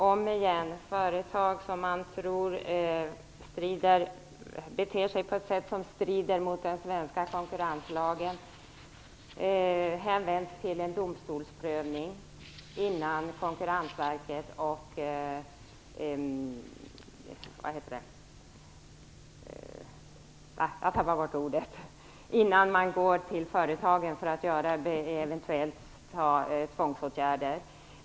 Omigen: Fall med företag som man tror beter sig på ett sätt som strider mot den svenska konkurrenslagen hänskjuts till en domstolsprövning innan man går till företaget för att vidta eventuella tvångsåtgärder.